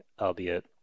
albeit